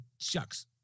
Shucks